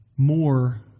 more